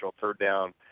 third-down